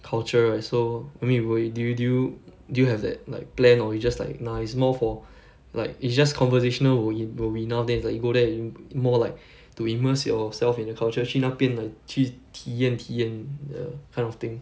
culture right so I mean wi~ do you do you do you have that like plan or you just like nah it's more for like it's just conversational wi~ will be enough then it's like you go there yo~ you more like to immerse yourself in the culture 去那边的去体验体验 the kind of thing